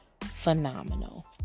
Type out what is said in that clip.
phenomenal